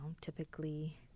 typically